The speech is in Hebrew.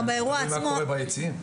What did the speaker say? תראי מה קורה ביציעים.